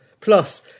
Plus